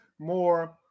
more